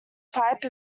pipe